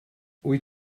wyt